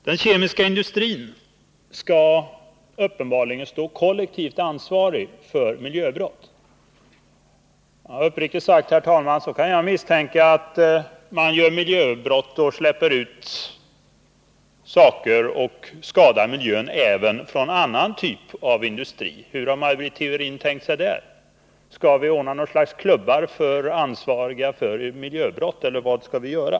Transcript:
Den kemiska industrin skall uppenbarligen vara kollektivt ansvarig för miljöbrott. Uppriktigt sagt, herr talman, kan jag misstänka att man begår miljöbrott i form av utsläpp m.m. även inom andra typer av industrier. Hur har Maj Britt Theorin tänkt lösa det problemet? Skall vi ordna något slags klubbar för ansvariga för miljöbrott eller vad skall vi göra?